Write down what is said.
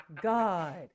God